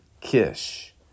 Kish